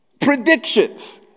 predictions